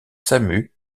samu